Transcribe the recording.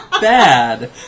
bad